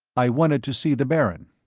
i wanted to see the baron.